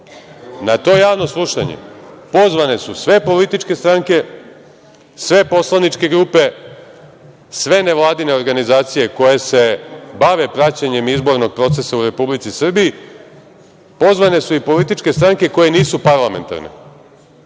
Na to javno slušanje pozvane su sve političke stranke, sve poslaničke grupe, sve nevladine organizacije koje se bave praćenjem izbornog procesa u Republici Srbiji, pozvane su i političke stranke koje nisu parlamentarne.